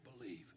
believe